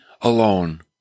alone